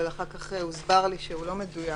אבל אחר כך הוסבר לי שהוא לא מדויק.